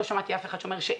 לא שמעתי אף אחד שאומר שאין.